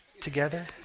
together